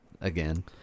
again